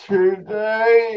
Today